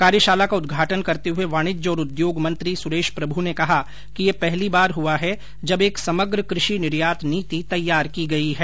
कार्यशाला का उदघाटन करते हुए वाणिज्य और उद्योग मंत्री सुरेश प्रभ् ने कहा कि यह पहली बार हुआ है जब एक समग्र कृषि निर्यात नीति तैयार की गई है